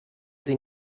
sie